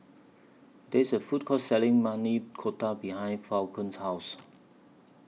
There IS A Food Court Selling Maili Kofta behind Falon's House